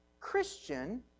Christian